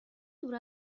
دور